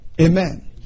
Amen